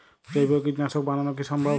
জৈব কীটনাশক বানানো কি সম্ভব?